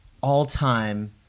all-time